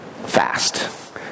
fast